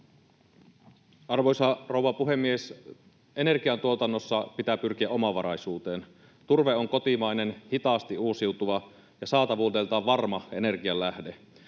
Arvoisa rouva puhemies! Energiantuotannossa pitää pyrkiä omavaraisuuteen. Turve on kotimainen, hitaasti uusiutuva ja saatavuudeltaan varma energianlähde.